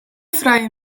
frije